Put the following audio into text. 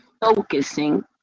focusing